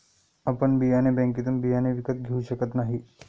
आपण बियाणे बँकेतून बियाणे विकत घेऊ शकत नाही